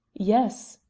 yes.